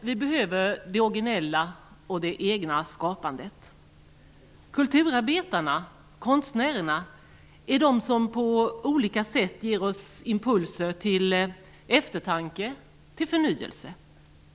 Vi behöver det originella och det egna skapandet. Kulturarbetarna/konstnärerna är de som på olika sätt ger oss impulser till eftertanke och förnyelse.